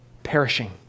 perishing